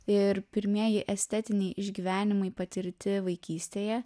ir pirmieji estetiniai išgyvenimai patirti vaikystėje